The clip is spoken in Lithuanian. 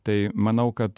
tai manau kad